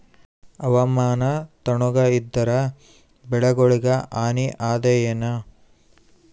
ಹವಾಮಾನ ತಣುಗ ಇದರ ಬೆಳೆಗೊಳಿಗ ಹಾನಿ ಅದಾಯೇನ?